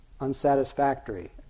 unsatisfactory